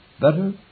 better